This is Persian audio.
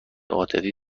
عاطفی